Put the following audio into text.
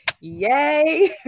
Yay